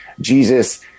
Jesus